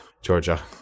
Georgia